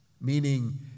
meaning